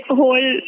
whole